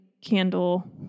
candle